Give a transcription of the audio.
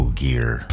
gear